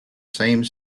same